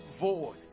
Void